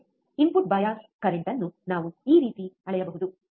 input bias current ಅನ್ನು ನಾವು ಈ ರೀತಿ ಅಳೆಯಬಹುದು